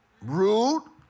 Rude